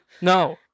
No